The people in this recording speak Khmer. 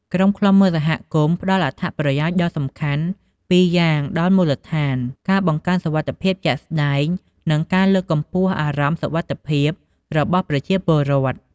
ក្រុមឃ្លាំមើលសហគមន៍ផ្តល់អត្ថប្រយោជន៍ដ៏សំខាន់ពីរយ៉ាងដល់មូលដ្ឋាន ការបង្កើនសុវត្ថិភាពជាក់ស្តែង និងការលើកកម្ពស់អារម្មណ៍សុវត្ថិភាពរបស់ប្រជាពលរដ្ឋ។